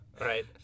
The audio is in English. Right